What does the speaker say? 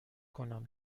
کنم